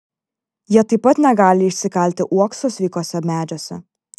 jie taip pat negali išsikalti uokso sveikuose medžiuose